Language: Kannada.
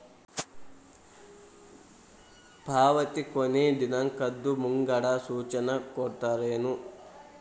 ಪಾವತಿ ಕೊನೆ ದಿನಾಂಕದ್ದು ಮುಂಗಡ ಸೂಚನಾ ಕೊಡ್ತೇರೇನು?